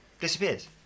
disappears